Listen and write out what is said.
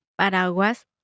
paraguas